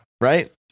right